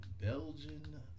Belgian